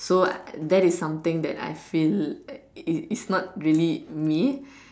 so I that is something that I feel it it's not really me